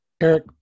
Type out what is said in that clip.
Eric